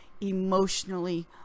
emotionally